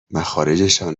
مخارجشان